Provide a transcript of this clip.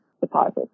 deposits